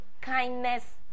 kindness